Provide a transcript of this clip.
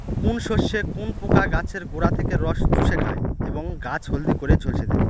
কোন শস্যে কোন পোকা গাছের গোড়া থেকে রস চুষে খায় এবং গাছ হলদে করে ঝলসে দেয়?